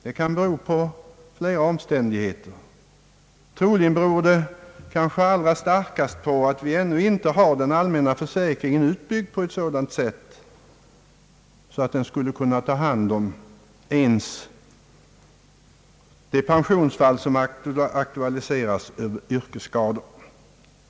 Det kan bero på flera omständigheter. Troligen beror det först och främst på att vi ännu inte har den allmänna försäkringen utbyggd på sådant sätt att den skulle kunna ta hand om ens de pensionsfall som aktualiseras i form av yrkesskador.